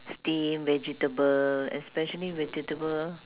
steam vegetable especially vegetable